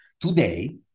Today